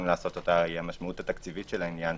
לעשות את זה - המשמעות התקציבית של העניין,